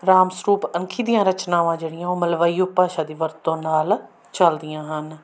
ਰਾਮ ਸਰੂਪ ਅੰਖੀ ਦੀਆਂ ਰਚਨਾਵਾਂ ਜਿਹੜੀਆਂ ਉਹ ਮਲਵਈ ਉਪ ਭਾਸ਼ਾ ਦੀ ਵਰਤੋਂ ਨਾਲ ਚਲਦੀਆਂ ਹਨ